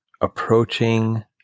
approaching